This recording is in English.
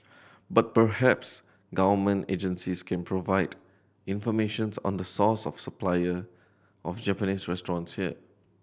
but perhaps Government agencies can provide information on the source of supplier of Japanese restaurants here